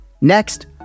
Next